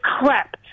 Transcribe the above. crap